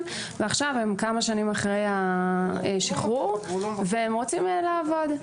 ועכשיו הם כמה שנים אחרי השחרור והם רוצים לעבוד.